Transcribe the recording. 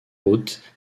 haute